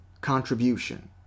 contribution